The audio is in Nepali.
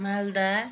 मालदा